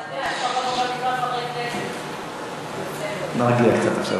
תן לי, חברי כנסת.